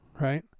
right